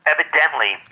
Evidently